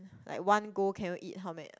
like one go can you eat how many